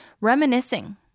reminiscing